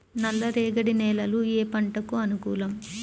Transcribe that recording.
నల్ల రేగడి నేలలు ఏ పంటకు అనుకూలం?